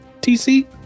TC